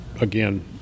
again